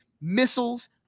missiles